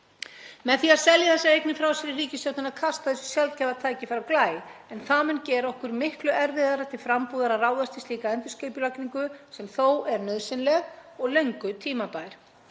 Með því að selja þessar eignir frá sér er ríkisstjórnin að kasta þessu sjaldgæfa tækifæri á glæ en það mun gera okkur miklu erfiðara til frambúðar að ráðast í slíka endurskipulagningu sem þó er nauðsynleg og löngu tímabær.